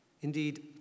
Indeed